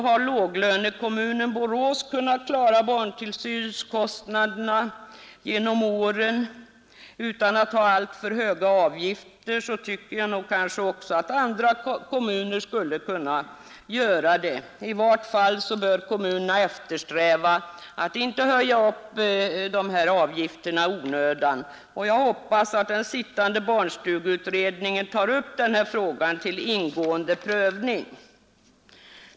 Har låglönekommuner kunnat klara barnstugekostnaderna genom åren utan alltför höga avgifter, tycker jag nog att andra kommuner också skulle kunna göra det. I varje fall bör kommunerna eftersträva att inte höja dessa avgifter i onödan, och jag hoppas att den sittande barnstugeutredningen tar upp den här frågan till ingående prövning.